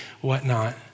whatnot